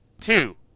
Two